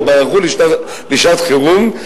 בהיערכות לשעת חירום,